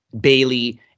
Bailey